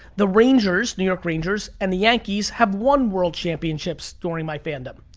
the rangers, new york rangers, and the yankees have won world championships during my fandom.